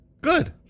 Good